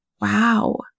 wow